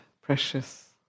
precious